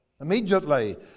Immediately